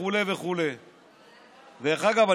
וכו' וכו'.